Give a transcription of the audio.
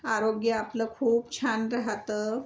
आरोग्य आपलं खूप छान राहतं